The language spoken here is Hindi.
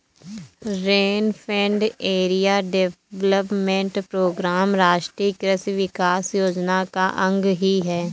रेनफेड एरिया डेवलपमेंट प्रोग्राम राष्ट्रीय कृषि विकास योजना का अंग ही है